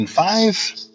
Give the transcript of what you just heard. five